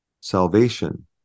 Salvation